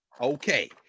Okay